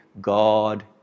God